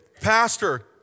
Pastor